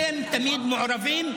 אתם תמיד מעורבים,